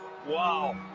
Wow